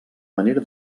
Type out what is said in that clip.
manera